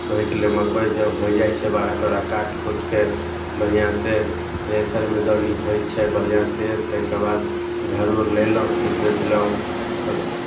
ओहिके लेल मक्कइ जब हो जाइ छै बड़ा तऽ ओकरा काटि खूटि कऽ बढ़िआँसँ थ्रेसरमे दौनी होइ छै बढ़िआँसँ ताहिके बाद घर उर लेल अयलहुँ फेर बेचलहुँ तब